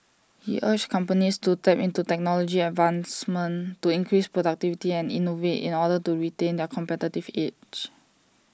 he urged companies to tap into technology advancements to increase productivity and innovate in order to retain their competitive age